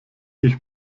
ich